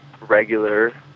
regular